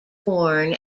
born